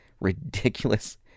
ridiculous